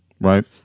right